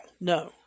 No